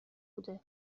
بوده